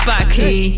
Bucky